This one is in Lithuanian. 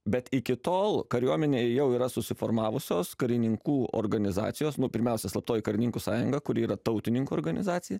bet iki tol kariuomenėj jau yra susiformavusios karininkų organizacijos nu pirmiausia slaptoji karininkų sąjunga kuri yra tautininkų organizacija